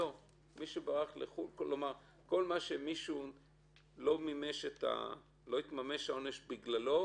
שכל זמן שמישהו העונש לא התממש בגללו